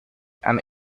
and